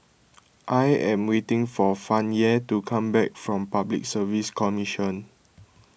I am waiting for Fannye to come back from Public Service Commission